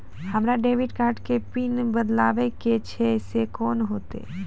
हमरा debit card के PIN बदलबावै के छैं से कौन होतै?